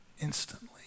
instantly